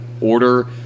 order